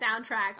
soundtrack